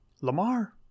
Lamar